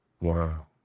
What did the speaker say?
Wow